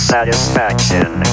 Satisfaction